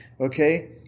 Okay